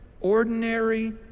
ordinary